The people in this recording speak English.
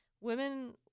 women